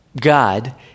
God